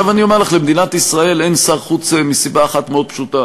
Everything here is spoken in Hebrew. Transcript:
עכשיו אני אומר לך: למדינת ישראל אין שר חוץ מסיבה אחת מאוד פשוטה,